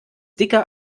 dicker